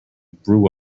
brew